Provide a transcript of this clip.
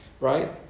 Right